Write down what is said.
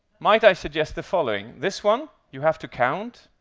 might i suggest the following this one you have to count,